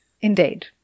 Indeed